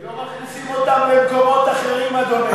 כי לא מכניסים אותם למקומות אחרים, אדוני.